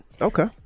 okay